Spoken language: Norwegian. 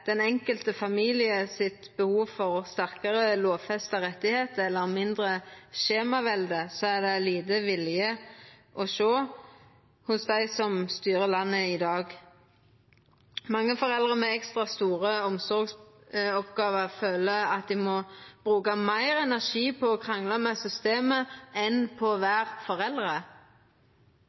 den enkelte familien sitt behov for sterkare lovfesta rettar eller mindre skjemavelde, er det lite vilje å sjå hos dei som styrer landet i dag. Mange foreldre med ekstra store omsorgsoppgåver føler at dei må bruka meir energi på å krangla med systemet enn på å vera foreldre.